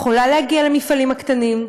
יכולה להגיע למפעלים הקטנים,